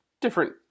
different